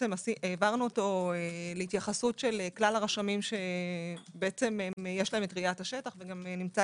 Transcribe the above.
העברנו אותו להתייחסות כלל הרשמים שיש להם ראיית השטח וגם נמצא